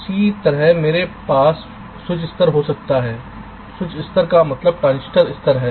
इसी तरह मेरे पास स्विच स्तर हो सकता है स्विच स्तर का मतलब ट्रांजिस्टर स्तर है